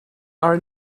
are